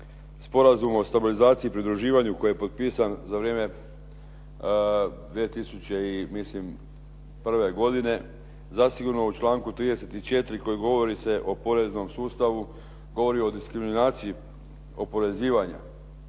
Sporazum o stabilizaciji i pridruživanju koji je potpisan za vrijeme 2000. mislim prve godine zasigurno u članku 34. koji govori se o poreznom sustavu govori o diskriminaciji oporezivanja.